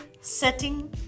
Setting